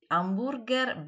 Hamburger